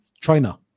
China